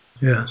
Yes